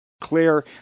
Clear